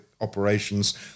operations